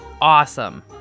awesome